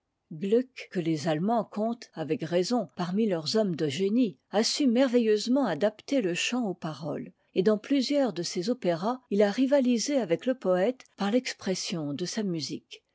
gluck que les allemands comptent avec raison parmi tours hommes de génie a su merveilleusement adapter le chant aux paroles et dans plusieurs de ses opéras il a rivalisé avec le poëte par l'expression de sa musique